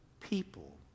people